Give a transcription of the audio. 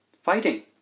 Fighting